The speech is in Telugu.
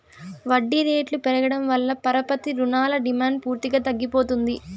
వడ్డీ రేట్లు పెరగడం వల్ల పరపతి రుణాల డిమాండ్ పూర్తిగా తగ్గిపోతుంది